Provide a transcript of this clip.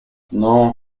non